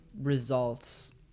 results